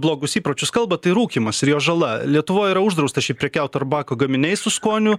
blogus įpročius kalbat tai rūkymas ir jo žala lietuvoj yra uždrausta šiaip prekiaut arbako gaminiais su skoniu